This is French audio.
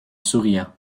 souriant